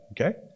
Okay